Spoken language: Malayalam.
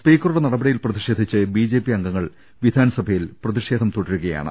സ്പീക്കറുടെ നടപടിയിൽ പ്രതിഷേധിച്ച് ബിജെപി അംഗങ്ങൾ വിധാൻസഭയിൽ പ്രതിഷേധം തുടരുകയാണ്